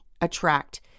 attract